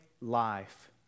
life